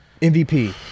MVP